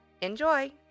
Enjoy! ¶¶